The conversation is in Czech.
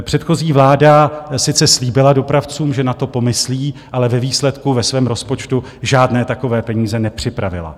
Předchozí vláda sice slíbila dopravcům, že na to pomyslí, ale ve výsledku ve svém rozpočtu žádné takové peníze nepřipravila.